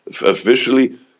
officially